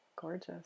gorgeous